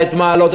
את מעלות,